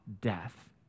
death